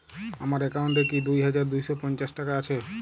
আমার অ্যাকাউন্ট এ কি দুই হাজার দুই শ পঞ্চাশ টাকা আছে?